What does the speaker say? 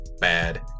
bad